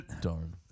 Darn